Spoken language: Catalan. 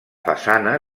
façana